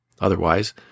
Otherwise